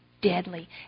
Deadly